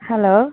hello